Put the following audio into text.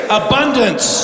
abundance